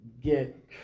get